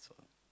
that's all